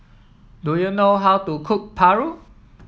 do you know how to cook Paru